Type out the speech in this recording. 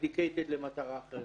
למטרה אחרת.